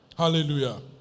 Hallelujah